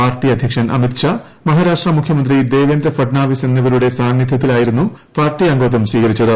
party അധ്യക്ഷൻ അമിത്ഷാ മഹാരാഷ്ട്ര മുഖ്യമന്ത്രി ദേവേന്ദ്ര ഫഡ്നാവിസ് എന്നിവരുടെ സാന്നിധ്യത്തിലാണ് പാർട്ടി അംഗത്വം സ്വീകരിച്ചത്